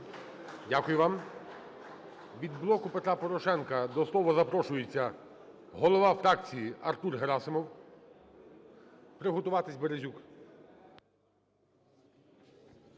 Дякую вам. Від "Блоку Петра Порошенка" до слова запрошується, голова фракції Артур Герасимов. Приготуватись Березюку.